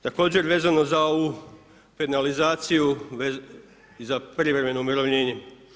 Također vezano za ovu penalizaciju i za privremeno umirovljenje.